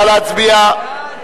נא להצביע.